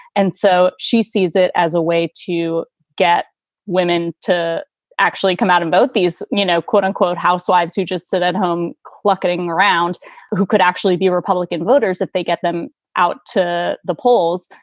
and so she sees it as a way to get women to actually come out and vote these, you know, quote unquote, housewives who just sit at home walking around who could actually be republican voters if they get them out to the polls.